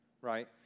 right